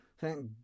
Thank